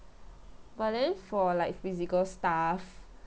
but then for like physical stuff